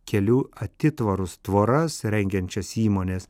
kelių atitvarus tvoras rengiančias įmones